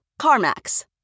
CarMax